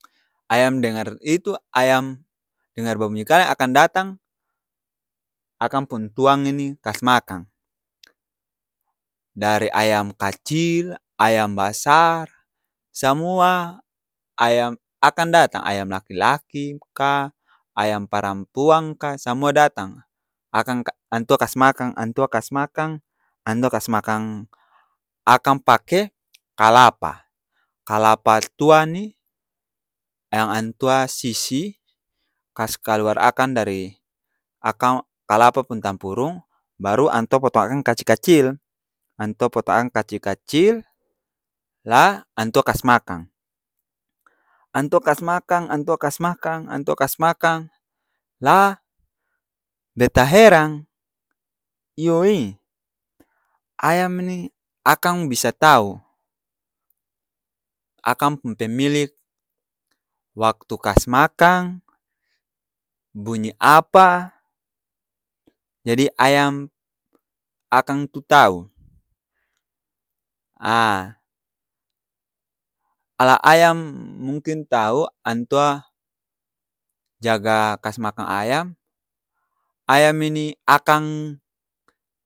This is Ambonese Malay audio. Ayam dengar itu, ayam dengar babunyi kaleng, akang datang, akang pung tuang ini kas makang. Dari ayam kacil, ayam basar, samua ayam akang datang. Ayam laki-laki ka, ayam parampuang ka, samua datang. Akang ka antua kas makang, antua kas makang, antua kas makang akang pake kalapa. Kalapa tua ni yang antua sisi kas kaluar akang dari akang kalapa pung tampurung, baru antua potong akang kacil-kacil. Antua potong akang kacil-kacil, la antua kas makang. Antua kas makang, antua kas makang, lah beta herang. Iyo e, ayam ni akang bisa tau. Akang pung pemilik waktu kas makang, bunyi apa, jadi ayam akang tu tau. A a la ayam mungkin tau antua jaga kas makang ayam, ayam ini akang